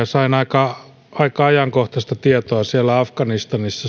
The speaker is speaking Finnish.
sain aika aika ajankohtaista tietoa siellä afganistanissa